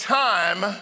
time